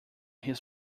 his